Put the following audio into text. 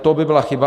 To by byla chyba.